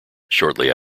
shortly